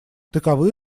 таковы